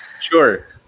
Sure